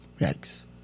Yikes